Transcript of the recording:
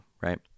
right